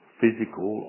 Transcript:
physical